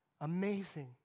Amazing